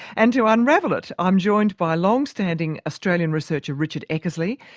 and to unravel it i'm joined by long-standing australian researcher richard eckersley,